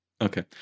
Okay